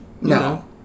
no